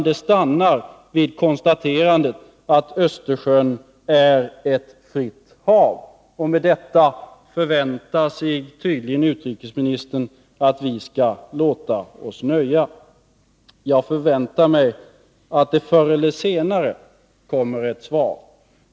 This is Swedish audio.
Det stannar vid konstaterandet att Östersjön är ett fritt hav. Med detta förväntar sig tydligen utrikesministern att vi skall låta oss nöja. Jag förväntar mig att det förr eller senare kommer ett svar.